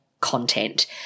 content